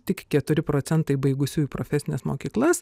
tik keturi procentai baigusiųjų profesines mokyklas